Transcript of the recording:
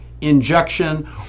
injection